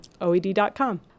OED.com